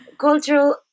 cultural